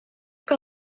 que